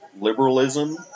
liberalism